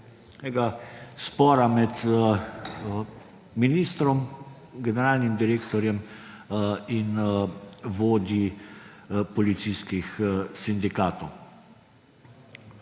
spora med ministrom, generalnim direktorjem in vodji policijskih sindikatov,